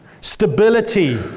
stability